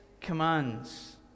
commands